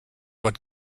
what